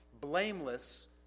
blameless